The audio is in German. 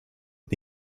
und